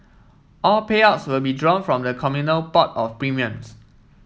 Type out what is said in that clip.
all payouts will be drawn from the communal pot of premiums